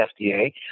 FDA